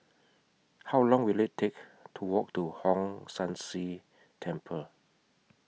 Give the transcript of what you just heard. How Long Will IT Take to Walk to Hong San See Temple